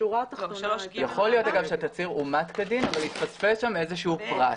יכול להיות שהתצהיר אומת כדין אבל התפספס שם איזשהו פרט,